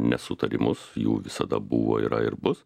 nesutarimus jų visada buvo yra ir bus